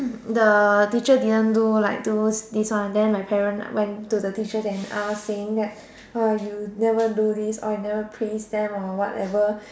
the teacher didn't do like do this one then the parent went to the teacher and ask saying that uh you never do this or you never praise them or whatever